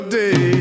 day